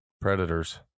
predators